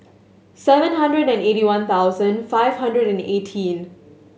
seven hundred and eighty one thousand five hundred and eighteen